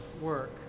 work